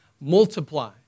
multiply